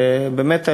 ובאמת,